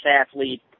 athlete